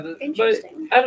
Interesting